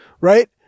right